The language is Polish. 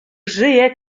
żyje